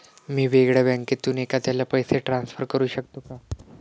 मी वेगळ्या बँकेतून एखाद्याला पैसे ट्रान्सफर करू शकतो का?